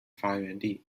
发源地